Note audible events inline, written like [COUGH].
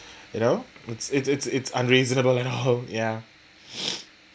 you know it's it's it's it's unreasonable and all ya [BREATH]